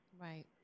right